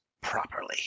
properly